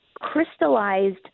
crystallized